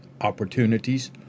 opportunities